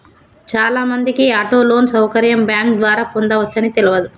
చాలామందికి auto loan సౌకర్యం bank ద్వారా పొందవచ్చని తెలవదు